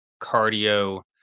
cardio